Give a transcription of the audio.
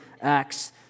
Acts